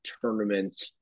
tournament